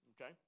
Okay